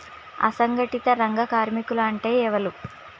అసంఘటిత రంగ కార్మికులు అంటే ఎవలూ?